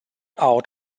out